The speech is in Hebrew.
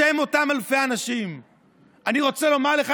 בשם אותם אלפי אנשים אני רוצה לומר לך,